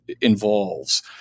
involves